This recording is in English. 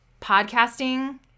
podcasting